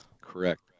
Correct